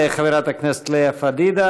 תודה לחברת הכנסת לאה פדידה.